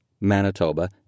Manitoba